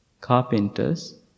carpenters